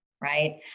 right